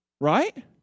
right